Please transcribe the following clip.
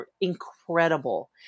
incredible